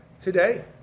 today